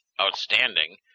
outstanding